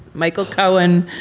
michael cohen,